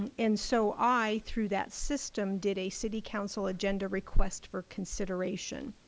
and so i through that system did a city council agenda request for consideration?